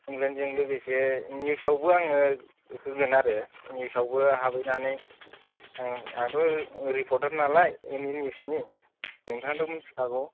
कमप्लेइनजों लोगोसे निउजावबो आङो होगोन आरो निउजावबो हाबहैनानै आंथ' रिफरतार नालाय एन इ निउजनि नोंथाङाथ' मिथिखागौ